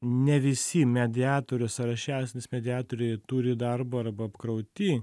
ne visi mediatorių sąraše esantys mediatoriai turi darbo arba apkrauti